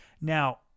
Now